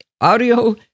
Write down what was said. audio